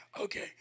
Okay